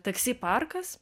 taksi parkas